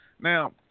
Now